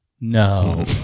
No